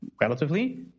relatively